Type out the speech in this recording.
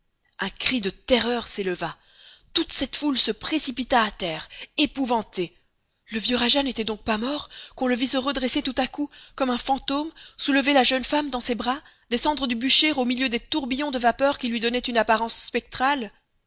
un cri de terreur s'éleva toute cette foule se précipita à terre épouvantée le vieux rajah n'était donc pas mort qu'on le vît se redresser tout à coup comme un fantôme soulever la jeune femme dans ses bras descendre du bûcher au milieu des tourbillons de vapeurs qui lui donnaient une apparence spectrale